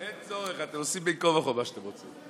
אין צורך, אתם עושים בין כה וכה מה שאתם רוצים.